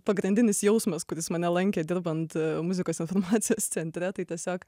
pagrindinis jausmas kuris mane lankė dirbant muzikos informacijos centre tai tiesiog